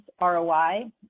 ROI